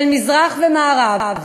של מזרח ומערב,